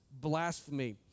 blasphemy